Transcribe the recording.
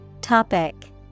Topic